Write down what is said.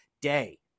day